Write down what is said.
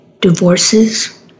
divorces